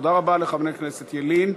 תודה רבה לחבר הכנסת ילין.